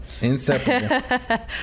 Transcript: inseparable